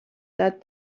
that